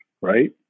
Right